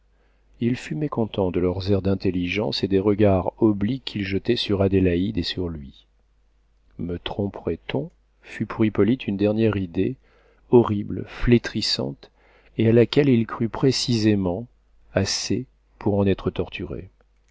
il fut mécontent de leurs airs d'intelligence et des regards obliques qu'ils jetaient sur adélaïde et sur lui me tromperait on fut pour hippolyte une dernière idée horrible flétrissante et à laquelle il crut précisément assez pour en être torturé